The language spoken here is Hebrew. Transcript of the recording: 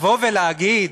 לבוא ולהגיד